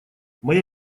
моя